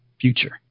future